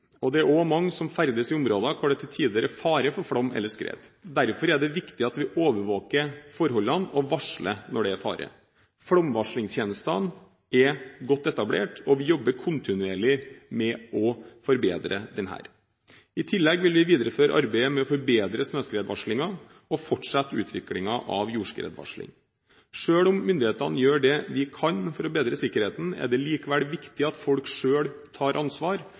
og det er også mange som ferdes i områder hvor det til tider er fare for flom eller skred. Derfor er det viktig at vi overvåker forholdene og varsler når det er fare. Flomvarslingstjenesten er godt etablert, og vi jobber kontinuerlig med å forbedre den. I tillegg vil vi videreføre arbeidet med å forbedre snøskredvarslingen og fortsette utviklingen av jordskredvarsling. Selv om myndighetene gjør det de kan for å bedre sikkerheten, er det viktig at folk selv tar ansvar.